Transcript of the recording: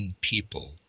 people